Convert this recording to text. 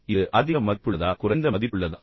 இது அதிக மதிப்புள்ளதா குறைந்த மதிப்புள்ளதா